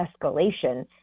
escalation